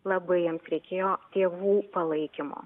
labai jiems reikėjo tėvų palaikymo